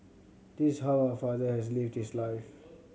this how our father has lived his life